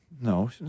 No